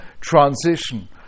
transition